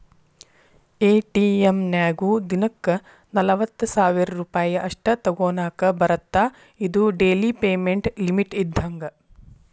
ATM ನ್ಯಾಗು ದಿನಕ್ಕ ನಲವತ್ತ ಸಾವಿರ್ ರೂಪಾಯಿ ಅಷ್ಟ ತೋಕೋನಾಕಾ ಬರತ್ತಾ ಇದು ಡೆಲಿ ಪೇಮೆಂಟ್ ಲಿಮಿಟ್ ಇದ್ದಂಗ